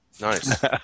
Nice